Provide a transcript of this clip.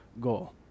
goal